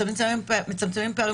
מצמצמים פערים